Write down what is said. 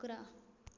अकरा